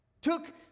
Took